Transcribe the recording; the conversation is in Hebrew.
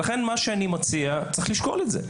ולכן, מה שאני מציע, צריך לשקול את זה.